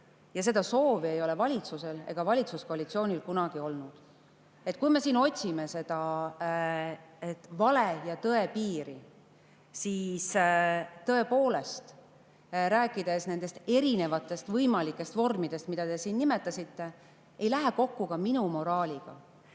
Seda soovi ei ole valitsusel ega valitsuskoalitsioonil kunagi olnud. Kui me otsime vale ja tõe piiri, siis tõepoolest, need erinevad võimalikud vormid, mida te siin nimetasite, ei lähe kokku ka minu moraaliga,